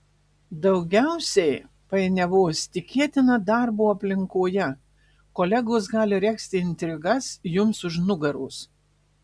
daugiausiai painiavos tikėtina darbo aplinkoje kolegos gali regzti intrigas jums už nugaros